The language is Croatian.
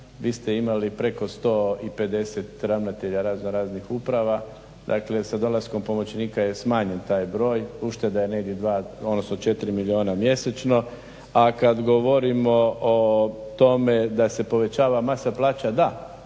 vi ste imali preko 150 ravnatelja raznoraznih uprava. Dakle, sa dolaskom pomoćnika je smanjen taj broj. Ušteda je negdje 2, odnosno 4 milijuna mjesečno. A kad govorimo o tome da se povećava masa plaća, da